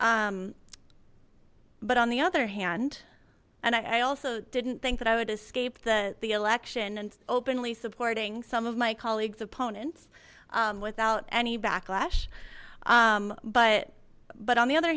opinions but on the other hand and i also didn't think that i would escape the the election and openly supporting some of my colleagues opponents without any backlash but but on the other